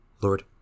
Lord